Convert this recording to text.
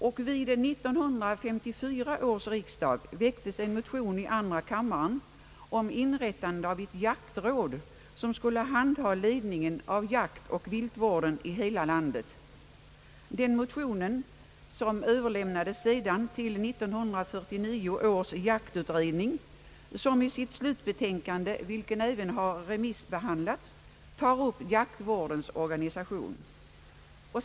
Vid 1954 års riksdag väcktes en motion i andra kammaren om inrättande av ett jaktråd som skulle handha ledningen av jaktoch viltvården i hela landet. Den motionen överlämnades senare till 1949 års jaktutredning som i sitt slutbetänkande, vilket även har remissbehandlats, tar upp jaktvårdens or ganisation.